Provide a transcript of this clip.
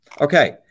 Okay